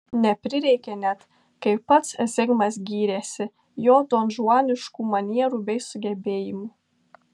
neprireikė net kaip pats zigmas gyrėsi jo donžuaniškų manierų bei sugebėjimų